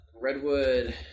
Redwood